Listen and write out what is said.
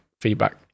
feedback